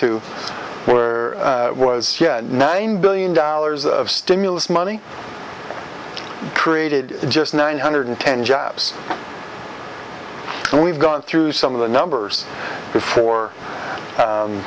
to where was nine billion dollars of stimulus money created just nine hundred ten jobs so we've gone through some of the numbers before